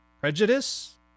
prejudice